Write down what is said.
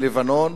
בלבנון.